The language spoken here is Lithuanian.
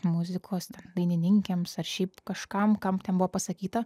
muzikos dainininkėms ar šiaip kažkam kam ten buvo pasakyta